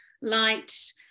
light